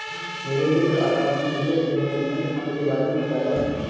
मेरे मित्र आकाश ने मुझे इनवेस्टमेंट फंड के बारे मे बताया